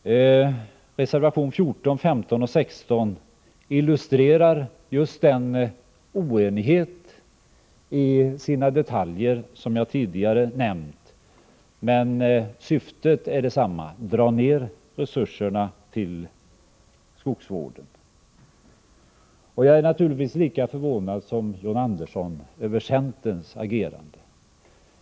Reservationerna 14, 15 och 16 illustrerar i sina detaljer just den oenighet som jag tidigare nämnde. Men syftet är detsamma — att man skall dra ned resurserna till skogsvården. Jag är naturligtvis lika förvånad som John Andersson över centerns agerande.